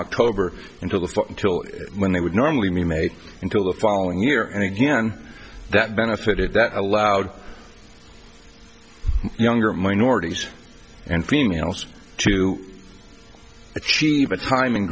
october until the fourth until when they would normally be made until the following year and again that benefit it that allowed younger minorities and females to achieve a time in